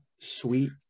Sweet